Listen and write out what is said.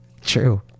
true